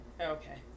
okay